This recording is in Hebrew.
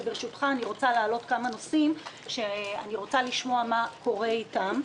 וברשותך אני רוצה להעלות כמה נושאים שאני רוצה לשמוע מה קורה איתם,